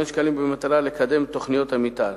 שקלים במטרה לקדם את תוכניות המיתאר.